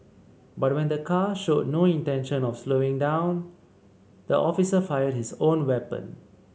but when the car showed no intention of slowing down the officer fired his own weapon